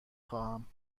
خواهم